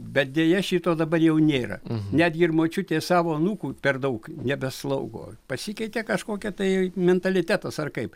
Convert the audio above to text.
bet deja šito dabar jau nėra netgi ir močiutė savo anūkų per daug nebe slaugo pasikeitė kažkokia tai mentalitetas ar kaip